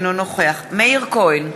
אינו נוכח מאיר כהן,